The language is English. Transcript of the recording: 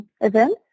events